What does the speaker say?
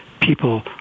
people